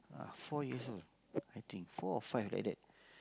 uh four years old four or five like that